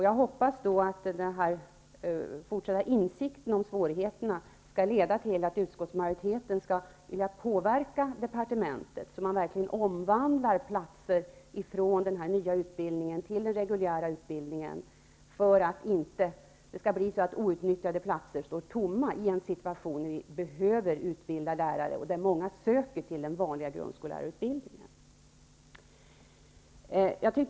Jag hoppas att insikten om svårigheterna i fortsättningen skall leda till att utskottet kan påverka departementet, så att man verkligen omvandlar platser i den nya utbildningen till platser i den reguljära utbildningen, för att det inte skall finnas outnyttjade platser i en situation då vi behöver utbildade lärare och då många söker till den vanliga grundskollärarutbildningen.